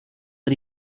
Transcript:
but